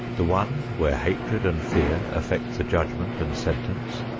the one where hatred and fear affect the judgment and sentence,